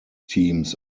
teams